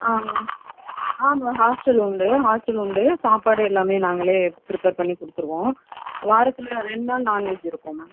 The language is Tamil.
ஆமாம் ஆ மேம் ஹாஸ்டல் உண்டு ஹாஸ்டல் உண்டு சாப்பாடு எல்லாமே நாங்களே பிரிப்பேர் பண்ணி கொடுத்துருவோம் வாரத்தில் ரெண்டு நாள் நான்வெஜ் இருக்கும் மேம்